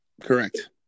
Correct